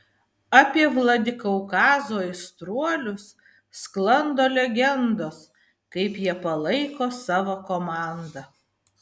apie vladikaukazo aistruolius sklando legendos kaip jie palaiko savo komandą